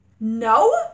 No